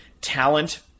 talent